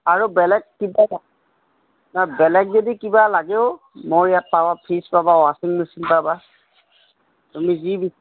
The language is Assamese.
আৰু বেলেগ কিবাটা বেলেগ যদি কিবা লাগেও মোৰ ইয়াত পাৱাৰ ফ্ৰীজ পাবা ৱাচিং মেচিন পাবা তুমি যি বি